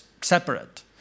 separate